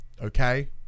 okay